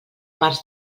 parts